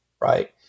right